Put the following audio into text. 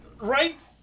Right